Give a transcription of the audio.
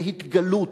להתגלות,